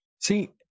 See